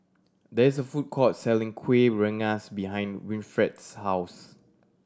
there is a food court selling Kueh Rengas behind Winfred's house